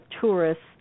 tourists